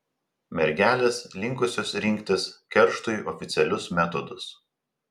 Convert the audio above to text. mergelės linkusios rinktis kerštui oficialius metodus